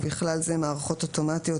ובכלל זה מערכות אוטומטיות,